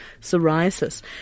psoriasis